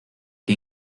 que